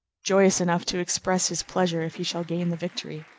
joyous enough to express his pleasure if he shall gain the victory?